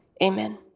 Amen